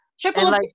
Triple